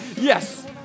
yes